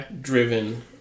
driven